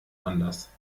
anders